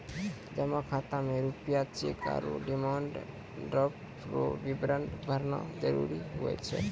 जमा खाता मे रूपया चैक आरू डिमांड ड्राफ्ट रो विवरण भरना जरूरी हुए छै